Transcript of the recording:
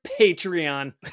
Patreon